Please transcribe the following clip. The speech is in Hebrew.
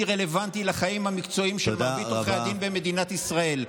רלוונטי לחיים המקצועיים של מרבית עורי הדין במדינת ישראל.